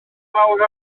fawr